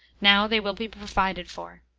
now they will be provided for.